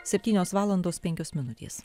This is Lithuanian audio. septynios valandos penkios minutės